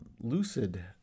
lucid